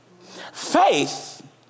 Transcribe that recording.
Faith